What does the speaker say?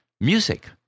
music